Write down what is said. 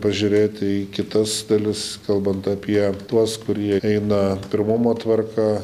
pažiūrėti į kitas dalis kalbant apie tuos kurie eina pirmumo tvarka